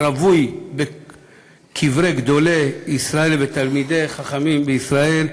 רווי בקברי גדולי ישראל ותלמידי חכמים בישראל.